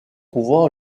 pouvoir